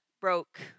broke